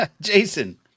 jason